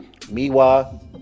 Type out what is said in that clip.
Miwa